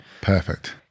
Perfect